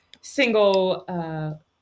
single